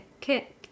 kick